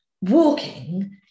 walking